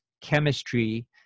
chemistry